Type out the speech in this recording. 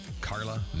Carla